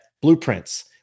blueprints